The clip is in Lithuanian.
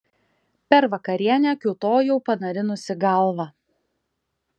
per vakarienę kiūtojau panarinusi galvą